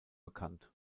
bekannt